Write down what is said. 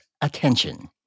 attention